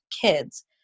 kids